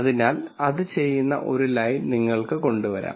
അതിനാൽ അത് ചെയ്യുന്ന ഒരു ലൈൻ നിങ്ങൾക്ക് കൊണ്ടുവരാം